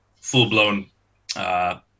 full-blown